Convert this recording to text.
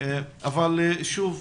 אבל שוב,